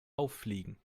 auffliegen